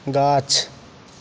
गाछ